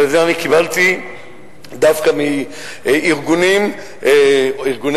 ואת זה אני קיבלתי דווקא מארגוני שמאל,